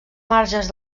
marges